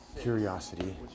curiosity